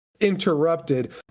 Interrupted